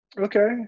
Okay